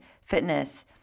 fitness